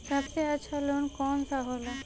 सबसे अच्छा लोन कौन सा होला?